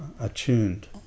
attuned